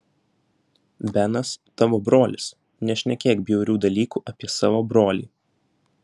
benas tavo brolis nešnekėk bjaurių dalykų apie savo brolį